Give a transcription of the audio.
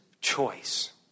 choice